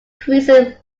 increases